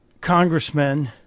congressmen